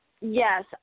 Yes